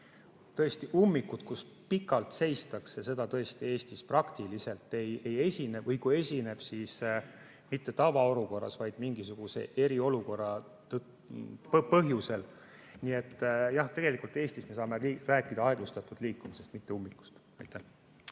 Sellist ummikut, kus pikalt seistakse, tõesti Eestis praktiliselt ei esine, või kui esineb, siis mitte tavaolukorras, vaid mingisuguse eriolukorra tõttu. Nii et jah, tegelikult Eestis me saame rääkida aeglustatud liikumisest, mitte ummikust. Aitäh!